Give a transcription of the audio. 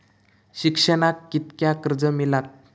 शिक्षणाक कीतक्या कर्ज मिलात?